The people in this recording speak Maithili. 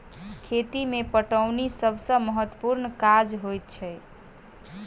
खेती मे पटौनी सभ सॅ महत्त्वपूर्ण काज होइत छै